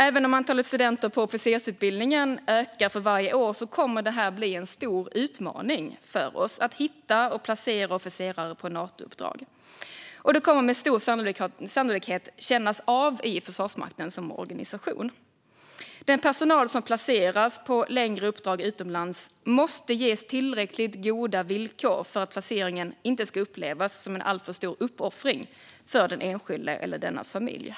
Även om antalet studenter på officersutbildningen ökar för varje år kommer det att bli en stor utmaning att hitta och placera officerare på Natouppdrag, och det kommer med stor sannolikhet att kännas av inom Försvarsmakten. Den personal som placeras på längre uppdrag utomlands måste ges tillräckligt goda villkor för att placeringen inte ska upplevas som en alltför stor uppoffring för den enskilde och dennes familj.